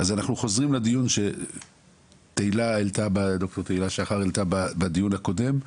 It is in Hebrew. אנחנו חוזרים לדיון שד"ר תהילה שחר העלתה בדיון הקודם,